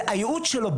זה הייעוד שלו,